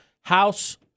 House